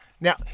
Now